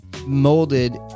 Molded